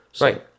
Right